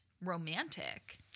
romantic